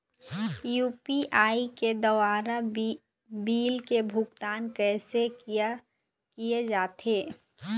UPI के द्वारा bill के भुगतान कैसे किया जाथे?